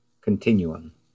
continuum